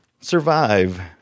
survive